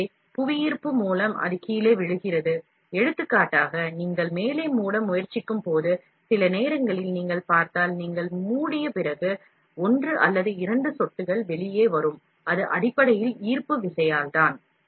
எனவே புவியீர்ப்பு மூலம் அது கீழே விழுகிறது எடுத்துக்காட்டாக நீங்கள் மேலே மூட முயற்சிக்கும்போது சில நேரங்களில் நீங்கள் பார்த்தால் நீங்கள் மூடிய பிறகு ஒன்று அல்லது இரண்டு சொட்டுகள் வெளியே வரும் அது அடிப்படையில் ஈர்ப்பு விசையால் தான்